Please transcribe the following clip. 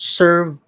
serve